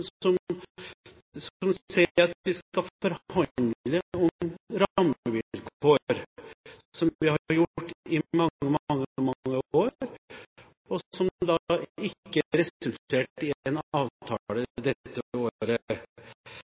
sagt. Så til systemet. Ja, vi har et system som ivaretar reindriften, fordi den er viktig for Norge. Vi har et politisk system som sier at vi skal forhandle om rammevilkår, som vi har gjort i mange år, og som ikke resulterte i en avtale dette